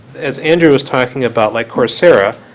as andrew was talking about, like, coursera,